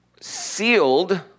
sealed